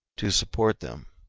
to support them.